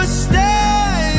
stay